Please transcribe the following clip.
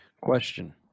Question